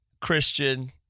Christian